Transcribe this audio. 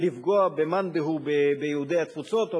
לפגוע במאן דהוא מיהודי התפוצות או